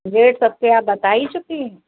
rate सबके आप बता ही चुकी हैं